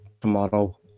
tomorrow